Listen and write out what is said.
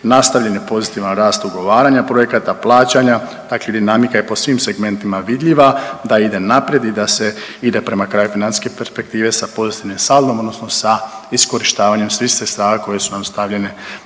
nastavljen je pozitivan rast ugovaranja projekata, plaćanja. Dakle, dinamika je po svim segmentima vidljiva da ide naprijed i da se ide prema kraju financijske perspektive sa pozitivnim saldom, odnosno sa iskorištavanjem svih sredstava koje su nam stavljene